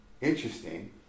Interesting